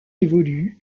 évolue